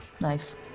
Nice